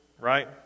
right